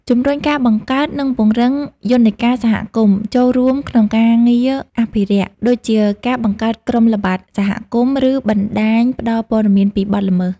ជំរុញការបង្កើត និងពង្រឹង យន្តការសហគមន៍ចូលរួមក្នុងការងារអភិរក្ស ដូចជាការបង្កើតក្រុមល្បាតសហគមន៍ ឬបណ្តាញផ្តល់ព័ត៌មានពីបទល្មើស។